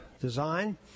design